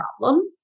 problem